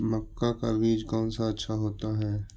मक्का का बीज कौन सा अच्छा होता है?